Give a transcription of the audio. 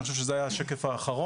אני חושב שזה היה השקף האחרון.